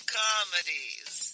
comedies